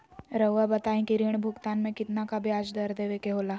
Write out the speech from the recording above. रहुआ बताइं कि ऋण भुगतान में कितना का ब्याज दर देवें के होला?